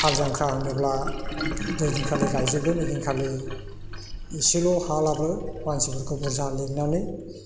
हालजांख्रा होनोब्ला जायदिनखालि गाइजोबगोन बैदिनखालि इसेल' हाब्लाबो मानसिफोरखौ बुरजा लिंनानै